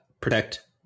protect